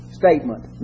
statement